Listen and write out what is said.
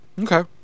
Okay